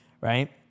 right